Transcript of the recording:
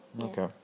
Okay